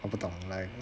我不懂 like